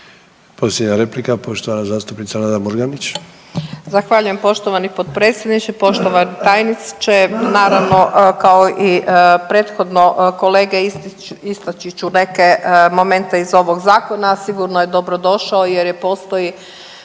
Posljednja replika, poštovana zastupnica Nada Murganić. **Murganić, Nada (HDZ)** Zahvaljujem poštovani potpredsjedniče. Poštovani tajniče, naravno kao i prethodno kolege istači ću neke momente iz ovog zakona. Sigurno je dobrodošao jer postoji